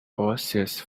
oasis